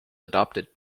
adopted